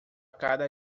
cada